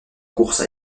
course